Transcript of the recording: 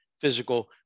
physical